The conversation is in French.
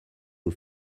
aux